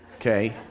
Okay